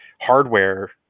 hardware